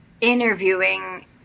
interviewing